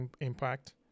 impact